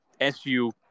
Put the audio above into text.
SU